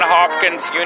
Hopkins